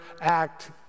act